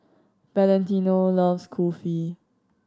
Valentino loves Kulfi